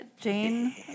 Jane